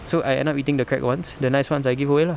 so I end up eating the cracked ones the nice ones I give away lah